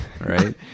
right